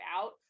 out